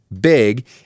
big